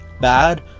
bad